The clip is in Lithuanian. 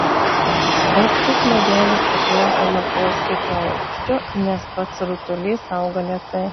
aukštis medelio priklauso nuo poskiepio aukščio nes pats rutulys auga lėtai